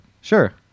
Sure